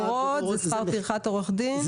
אגרות ושכר טרחת עורך דין.